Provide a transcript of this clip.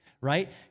right